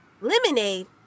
Lemonade